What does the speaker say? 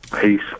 Peace